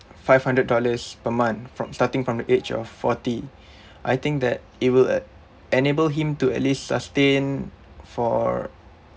five hundred dollars per month from starting from the age of forty I think that it will at enable him to at least sustain for